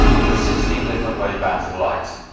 in sixteen different wavebands of light.